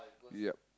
yup